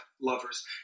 lovers